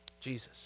Jesus